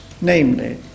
Namely